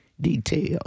details